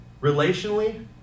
relationally